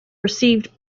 received